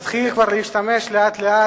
לאט-לאט